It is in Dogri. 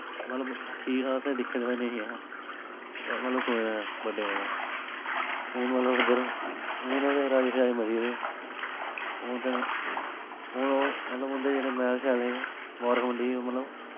मतलव ठीक असें दिक्खे दा निं ऐ मतलव सुनें दा ऐ बड्डे कोलुं हून मतलव उद्धर हून मतलव राजे छाजे मरी दे हून मतलव उद्धर जेह्ड़े मैह्ल छैहल हे मबारख मंडी मतलव